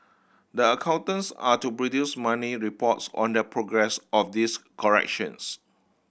the accountants are to produce monthly reports on the progress of these corrections